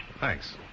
Thanks